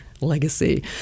legacy